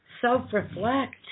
self-reflect